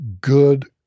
good